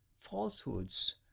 falsehoods